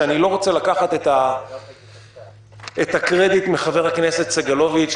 ואני לא רוצה לקחת את הקרדיט מחבר הכנסת סגלוביץ',